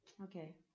Okay